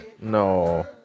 no